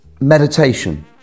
meditation